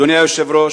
אדוני היושב-ראש,